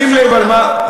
שים לב על מה,